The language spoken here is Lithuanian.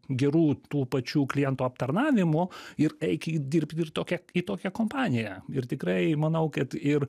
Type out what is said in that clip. gerų tų pačių klientų aptarnavimu ir eikit dirbt ir tokią į tokią kompaniją ir tikrai manau kad ir